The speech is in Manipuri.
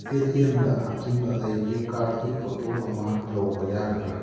ꯄꯦ ꯇꯤ ꯑꯦꯝꯗ ꯍꯥꯞꯆꯤꯟꯕ ꯑꯩꯒꯤ ꯀꯥꯔꯠꯀꯤ ꯐꯣꯇꯣ ꯑꯃ ꯂꯧꯕ ꯌꯥꯒꯗ꯭ꯔꯥ